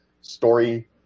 story